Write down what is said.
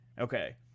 Okay